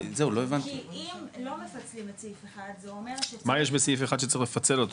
מה יש בסעיף 1 שצריך לפצל אותו?